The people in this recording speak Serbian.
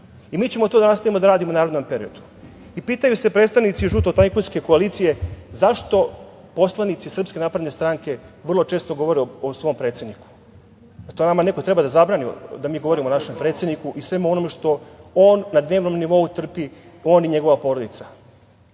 Mi ćemo to da nastavimo da radimo i u narednom periodu. Pitaju se predstavnici žuto-tajkunske koalicije – zašto poslanici SNS vrlo često govore o svom predsedniku? Da li to neko treba nama da zabrani da mi govorimo o našem predsedniku i svemu onome što on na dnevnom nivou trpi, on i njegova porodica? Koliko